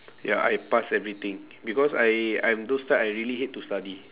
ya I pass everything because I I'm those type I really hate to study